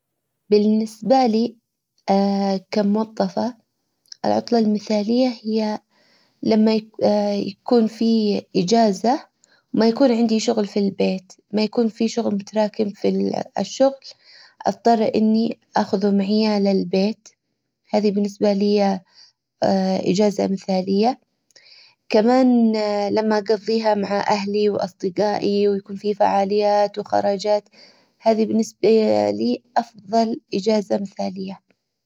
بالنسبة لي اه كموظفة العطلة المثالية هي لما اه يكون في اجازة ما يكون عندي شغل في البيت ما يكون في شغل متراكم في الشغل اضطر اني اخذه معايا عالبيت هذي بالنسبة لي اه اجازة مثالية. كمان لما اقظيها مع اهلي واصدقائي ويكون في فعاليات وخرجات. هذي بالنسبة لي افظل اجازة مثالية